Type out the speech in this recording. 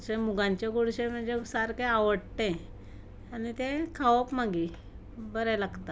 अशें मुंगाचें गोडशें म्हजें सारकें आवडटें आनी तें खावप मागीर बरें लागता